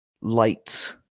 light